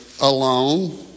alone